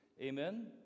Amen